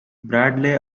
bradley